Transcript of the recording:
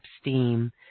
steam